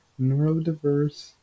neurodiverse